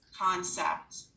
concept